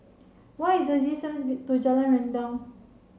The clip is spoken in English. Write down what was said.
what is the distance be to Jalan Rendang